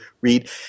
read